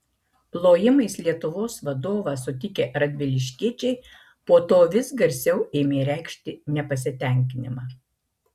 plojimais lietuvos vadovą sutikę radviliškiečiai po to vis garsiau ėmė reikšti nepasitenkinimą